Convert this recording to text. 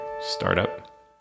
startup